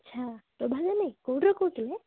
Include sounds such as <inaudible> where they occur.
ଆଚ୍ଛା ତ <unintelligible> ନାଇଁ କୋଉଠାରୁ କହୁଥିଲେ